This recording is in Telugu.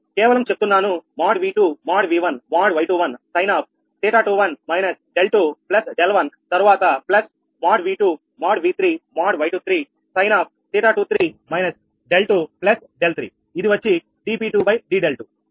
కేవలం చెప్తున్నాను |𝑉2||𝑉1||𝑌21| sin𝜃21 − 𝛿2 𝛿1 తరువాత ప్లస్ |𝑉2||𝑉3||𝑌23| sin𝜃23 − 𝛿2 𝛿3 ఇది వచ్చి dp2d∂2